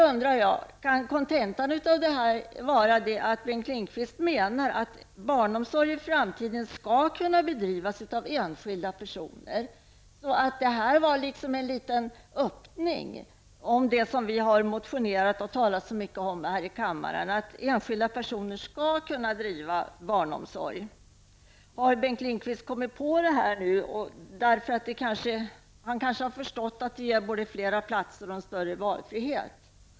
Kan kontentan av det här vara att Bengt Lindqvist menar att barnomsorg i framtiden skall kunna bedrivas av enskilda personer? Det här är kanske en liten öppning i det som vi har motionerat och talat så mycket om här i kammaren, nämligen att enskilda personer skall kunna bedriva barnomsorg. Har Bengt Lindqvist kommit på detta nu, och kanske förstått att det både ger fler platser och större valfrihet?